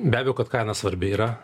be abejo kad kaina svarbi yra